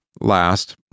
last